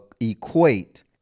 equate